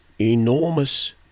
enormous